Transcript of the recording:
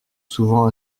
souvent